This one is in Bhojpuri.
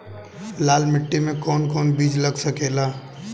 लाल मिट्टी में कौन कौन बीज लग सकेला?